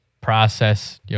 process